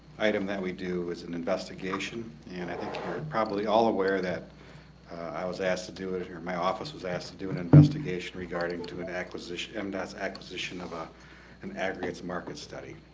item that we do is an investigation and it probably all aware that i was asked to do it it here my office was asked to do an investigation regarding to an acquisition and that's acquisition of a an aggregates market study